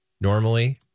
Normally